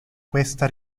questa